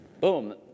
boom